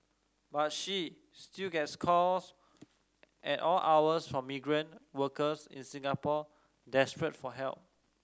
but she still gets calls at all hours from migrant workers in Singapore desperate for help